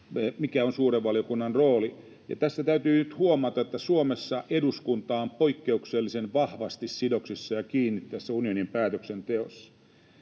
mikä on suuren valiokunnan rooli. Tässä täytyy nyt huomata, että Suomessa eduskunta on poikkeuksellisen vahvasti sidoksissa ja kiinni tässä unionin päätöksenteossa.